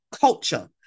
culture